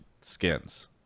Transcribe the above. skins